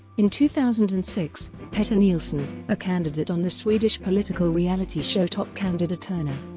in two thousand and six, petter nilsson, a candidate on the swedish political reality show toppkandidaterna,